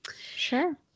Sure